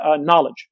knowledge